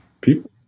people